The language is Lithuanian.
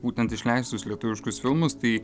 būtent išleistus lietuviškus filmus tai